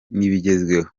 n’ibigezweho